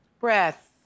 Breath